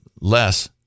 less